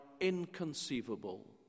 inconceivable